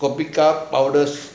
coffee cup powder